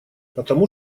потому